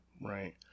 Right